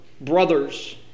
brothers